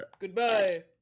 Goodbye